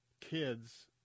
Kids